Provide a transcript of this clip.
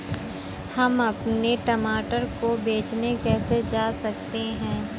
हम अपने मटर को बेचने कैसे जा सकते हैं?